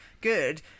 good